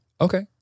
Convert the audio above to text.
Okay